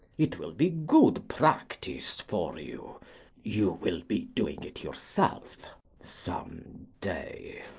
it will be good practice for you you will be doing it yourself some day.